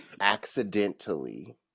accidentally